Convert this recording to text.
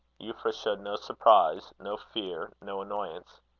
euphra showed no surprise, no fear, no annoyance.